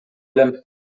элем